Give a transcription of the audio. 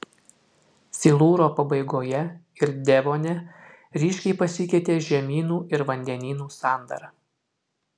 silūro pabaigoje ir devone ryškiai pasikeitė žemynų ir vandenynų sandara